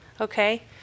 Okay